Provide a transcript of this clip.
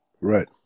Right